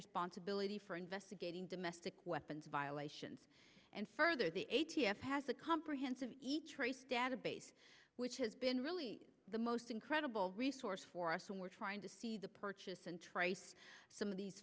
responsibility for investigating domestic weapons violations and further the a t f has a comprehensive each trace database which has been really the most incredible resource for us when we're trying to see the purchase and try some of these